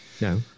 No